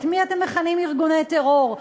את מי אתם מכנים ארגוני טרור.